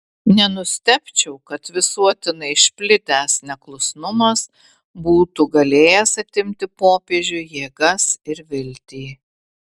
nenustebčiau kad visuotinai išplitęs neklusnumas būtų galėjęs atimti popiežiui jėgas ir viltį